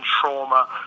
trauma